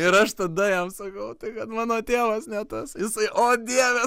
ir aš tada jam sakau tai kad mano tėvas ne tas jisai o dieve